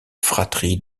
fratrie